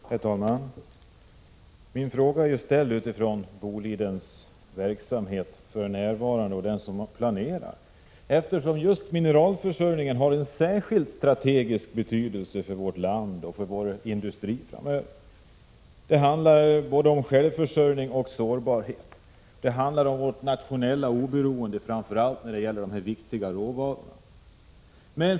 Herr talman! Min fråga är ställd med hänsyn till Bolidens verksamhet för närvarande och den verksamhet man planerar, eftersom mineralförsörjningen har en särskild strategisk betydelse för vårt land och vår industri framöver. Det handlar både om självförsörjning och om sårbarhet. Det handlar också om vårt nationella oberoende, framför allt när det gäller dessa viktiga råvaror.